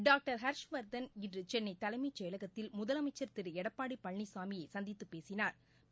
doctor Harshvardhan இன்று சென்னை தலைமைச் செயலகத்தில் முதலமைச்சள் திரு எடப்பாடி பழனிசாமியை சந்தித்து பேசினாா்